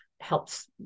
helps